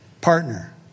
partner